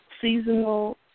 seasonal